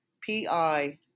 P-I